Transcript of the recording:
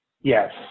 Yes